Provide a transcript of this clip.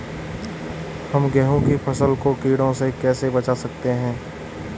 हम गेहूँ की फसल को कीड़ों से कैसे बचा सकते हैं?